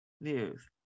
news